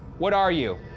what are you?